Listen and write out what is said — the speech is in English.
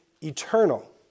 eternal